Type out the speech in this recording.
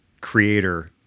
creator